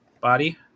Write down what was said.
body